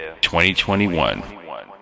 2021